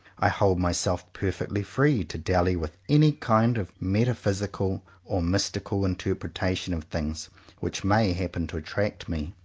i hold myself perfectly free to dally with any kind of metaphysical or mystical in terpretation of things which may happen to attract me.